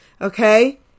Okay